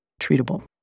treatable